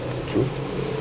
true